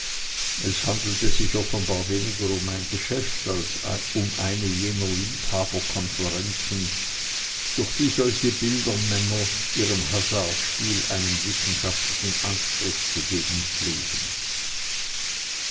es handelte sich offenbar weniger um ein geschäft als um eine jener liebhaberkonferenzen durch die solche bildermänner ihrem hasardspiel einen wissenschaftlichen anstrich zu geben pflegen